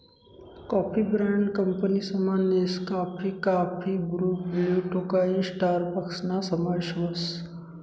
coffee brand कंपनीसमा Nescafe, काफी Bru, Blue Tokai स्टारबक्सना समावेश व्हस